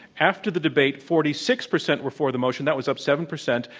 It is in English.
after the debate, forty six percent were for the motion. that was up seven percent.